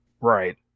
Right